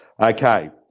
Okay